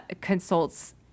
consults